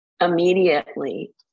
immediately